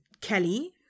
Kelly